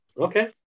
Okay